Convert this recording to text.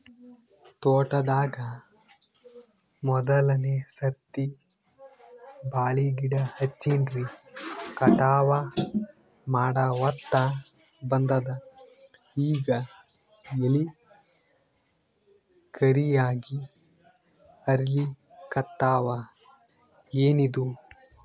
ತೋಟದಾಗ ಮೋದಲನೆ ಸರ್ತಿ ಬಾಳಿ ಗಿಡ ಹಚ್ಚಿನ್ರಿ, ಕಟಾವ ಮಾಡಹೊತ್ತ ಬಂದದ ಈಗ ಎಲಿ ಕರಿಯಾಗಿ ಹರಿಲಿಕತ್ತಾವ, ಏನಿದು?